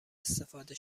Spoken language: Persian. استفاده